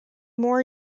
more